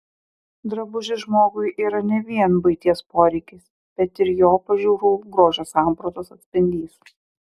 drabužis žmogui yra ne vien buities poreikis bet ir jo pažiūrų grožio sampratos atspindys